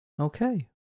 Okay